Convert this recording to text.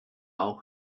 auch